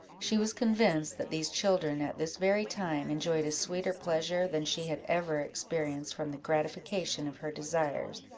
she was convinced that these children, at this very time, enjoyed a sweeter pleasure than she had ever experienced from the gratification of her desires,